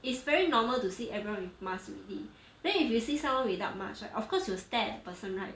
it's very normal to see everyone in mask already then if you see someone without mask right of course you stare at the person right